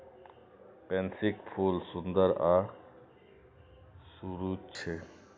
पैंसीक फूल सुंदर आ सुरुचिपूर्ण लागै छै